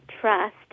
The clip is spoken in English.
trust